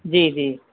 جی جی